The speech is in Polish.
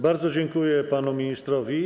Bardzo dziękuję panu ministrowi.